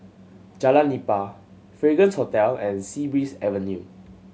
Jalan Nipah Fragrance Hotel and Sea Breeze Avenue